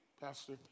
Pastor